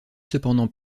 cependant